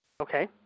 Okay